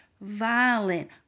violent